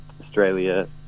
Australia